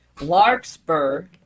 Larkspur